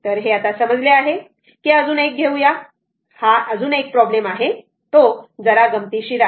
तर हे आता समजले आहे की अजून एक घेऊया हा एक प्रॉब्लेम आहे जो जरा गंमतीशीर आहे